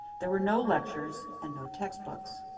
there were no lectures and no textbooks.